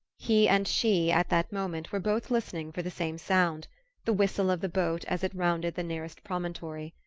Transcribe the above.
he and she, at that moment, were both listening for the same sound the whistle of the boat as it rounded the nearest promontory.